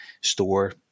store